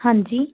ਹਾਂਜੀ